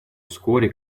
вскоре